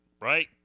right